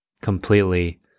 completely